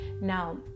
Now